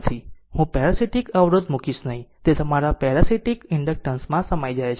હું પેરાસીટીક અવરોધ મૂકીશ નહીં તે તમારા પેરાસીટીક ઇન્ડક્ટન્સ માં સમાઈ જાય છે